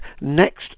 next